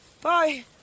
bye